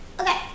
Okay